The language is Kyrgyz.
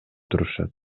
турушат